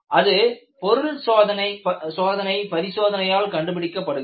அது பொருள் சோதனை பரிசோதனையால் கண்டுபிடிக்கப்படுகிறது